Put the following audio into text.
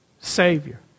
Savior